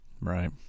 Right